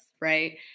right